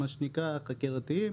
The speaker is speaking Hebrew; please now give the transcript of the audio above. מה שנקרא החקירתיים,